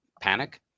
panic